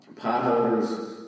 Potholders